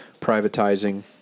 privatizing